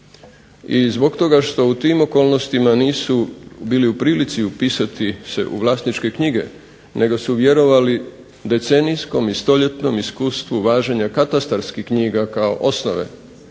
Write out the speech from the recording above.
I zbog toga što u tim okolnostima nisu bili u prilici se upisati u vlasničke knjige nego su vjerovali decenijskom i stoljetnom iskustvu važenja katastarskih knjiga kao osnove